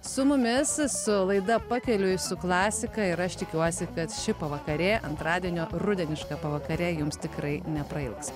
su mumis su laida pakeliui su klasika ir aš tikiuosi kad ši pavakarė antradienio rudeniška pavakarė jums tikrai neprailgs